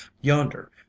yonder